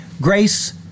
Grace